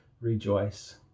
rejoice